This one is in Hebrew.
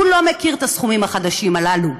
שהוא לא מכיר את הסכומים החדשים הללו.